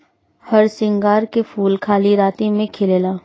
हरसिंगार के फूल खाली राती में खिलेला